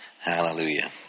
Hallelujah